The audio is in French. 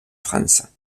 france